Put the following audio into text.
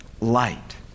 light